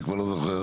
אני כבר לא זוכר.